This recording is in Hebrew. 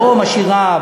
לא משאירה,